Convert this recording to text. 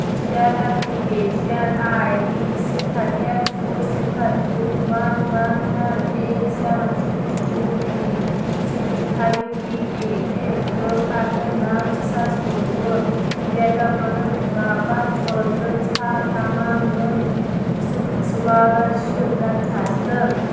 register application I D صِفَر S two صِفَر two one one one eight seven six two three six five three eight eight تہٕ اَردَہ نَو زٕ ساس کُنہٕ وُہ ڈیٹ آف بٔرٕتھ باپَتھ خٲطرٕ ژھار تمام نٔے سِکہٕ سِکالَر شُک دَرخاستہٕ